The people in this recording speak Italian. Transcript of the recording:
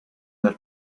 del